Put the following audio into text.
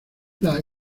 las